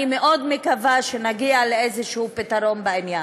אני מקווה מאוד שנגיע לאיזה פתרון בעניין.